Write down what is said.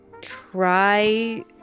try